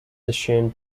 assumed